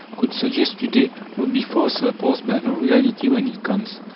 could suggest to-day would be far surpassed by the reality when it comes.